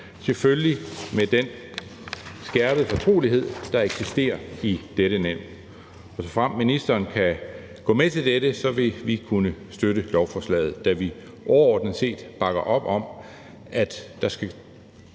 selvfølgelig med den skærpede fortrolighed, der eksisterer i dette nævn. Såfremt ministeren kan gå med til dette, vil vi kunne støtte lovforslaget, da vi overordnet set bakker op om, at der skal